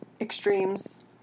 extremes